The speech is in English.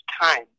time